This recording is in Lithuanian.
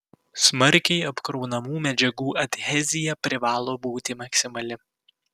smarkiai apkraunamų medžiagų adhezija privalo būti maksimali